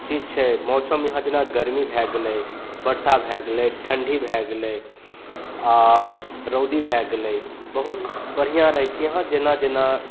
चीज छै मौसम इहाँ जेना गरमी भए गेलै बरसा भए गेलै ठंडी भए गेलै आ रौदी भए गेलै बहुत बढ़िऑं रहै छियै यहाँ जेना जेना